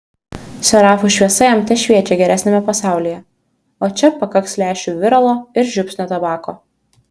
serafų šviesa jam tešviečia geresniame pasaulyje o čia pakaks lęšių viralo ir žiupsnio tabako